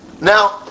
Now